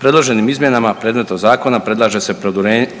Predloženim izmjenama predmetnog zakona predlaže se